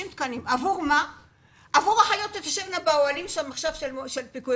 עבור אחיות שתשבנה עכשיו באוהלים של פיקוד